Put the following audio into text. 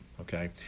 okay